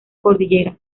cordilleras